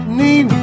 need